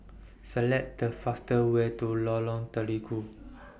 Select The faster Way to Lorong Terigu